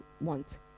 want